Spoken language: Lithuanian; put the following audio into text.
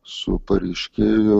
su pareiškėju